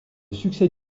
succès